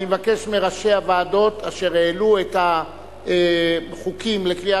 אני מבקש מראשי הוועדות אשר העלו את החוקים לקריאה